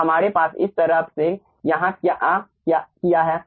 तो हमारे पास इस तरफ से यहाँ क्या किया है